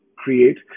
create